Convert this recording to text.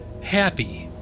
happy